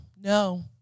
No